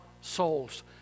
souls